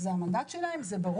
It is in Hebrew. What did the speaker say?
זה המנדט שלהם, זה ברור.